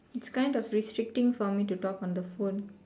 it's kind of restricting for me to talk on the phone